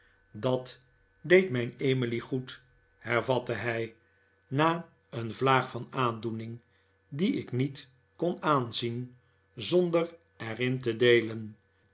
dat deed mijn emily goed hervatte hij na een vlaag van aandoening die ik niet kon aanzien zonder er in te deelen